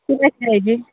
select ହୋଇଛି